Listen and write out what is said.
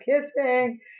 kissing